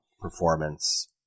performance